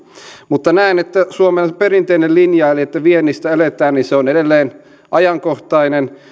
mutta näen että suomen perinteinen linja eli että viennistä eletään on edelleen ajankohtainen